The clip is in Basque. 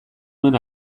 nuen